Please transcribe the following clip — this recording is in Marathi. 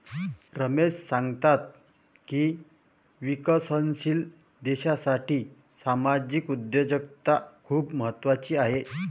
रमेश सांगतात की विकसनशील देशासाठी सामाजिक उद्योजकता खूप महत्त्वाची आहे